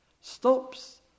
stops